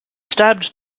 stabbed